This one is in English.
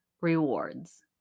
rewards